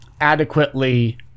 adequately